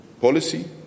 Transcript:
policy